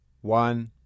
one